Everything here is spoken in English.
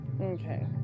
Okay